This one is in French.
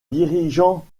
dirigeants